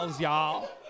y'all